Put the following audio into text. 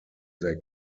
they